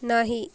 नाही